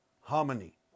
harmony